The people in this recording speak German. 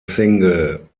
single